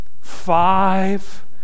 five